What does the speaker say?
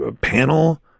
panel